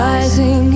Rising